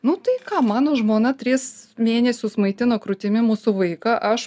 nu tai ką mano žmona tris mėnesius maitino krūtimi mūsų vaiką aš